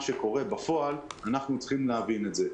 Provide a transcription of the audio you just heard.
שקורה בפועל אנחנו צריכים להבין את זה.